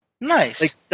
Nice